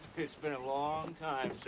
it's been a long time, sir.